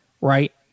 right